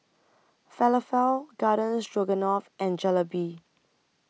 Falafel Garden Stroganoff and Jalebi